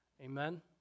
Amen